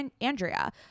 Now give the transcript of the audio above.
Andrea